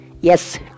Yes